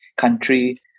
country